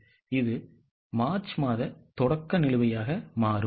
இது மார்ச் மாத தொடக்க நிலுவையாக மாறும்